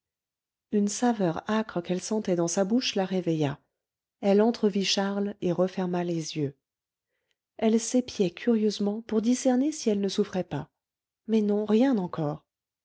une saveur âcre qu'elle sentait dans sa bouche la réveilla elle entrevit charles et referma les yeux elle s'épiait curieusement pour discerner si elle ne souffrait pas mais non rien encore